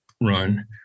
run